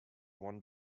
one